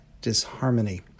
disharmony